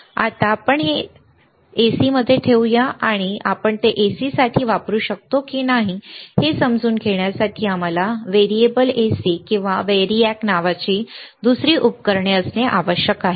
आता आपण ते AC मध्ये ठेवूया आणि आपण ते AC साठी वापरू शकतो की नाही हे समजून घेण्यासाठी आम्हाला व्हेरिएबल AC किंवा वैरिएक नावाची दुसरी उपकरणे असणे आवश्यक आहे